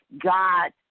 God